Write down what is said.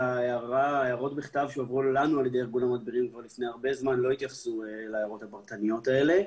שהמשרד יתייחס למה שהוא הולך לבחון בהקשר הזה.